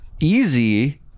Easy